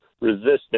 resistant